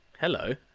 hello